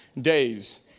days